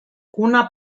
una